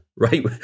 right